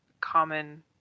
common